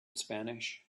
spanish